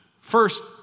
First